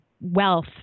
wealth